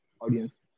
audience